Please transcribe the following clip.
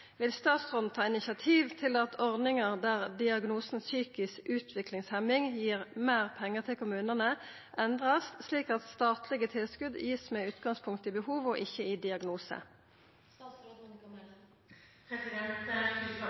Vil statsråden ta initiativ til at ordningen der diagnosen psykisk utviklingshemming gir mer penger til kommunene, endres, slik at statlige tilskudd gis med utgangspunkt i behov, ikke i